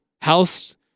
House